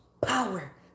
power